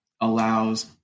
allows